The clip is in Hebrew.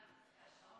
תודה.